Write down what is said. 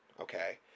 okay